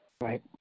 Right